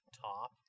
top